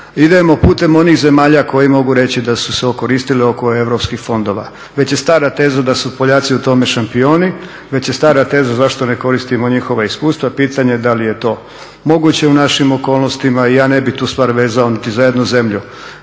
idemo putem onih zemalja koji mogu reći da su se okoristile oko europskih fondova. Već je stara teza da su Poljaci u tome šampioni, već je stara teza zašto ne koristimo njihova iskustva. Pitanje da li je to moguće u našim okolnostima. I ja ne bih tu stvar vezao niti za jednu zemlju.